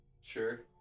Sure